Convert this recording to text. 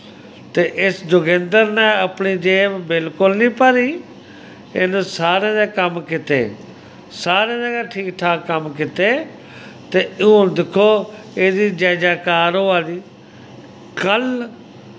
ते इस जोगिन्द्र नै अपनी जेव बिल्कुल नी भरी इन्न सारें दे कम्म कीते सारें दे गै ठीक ठाक कम्म कीते ते हून दिक्खो एह् दी जै जै कार होआ दी कल्ल